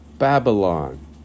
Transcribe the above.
Babylon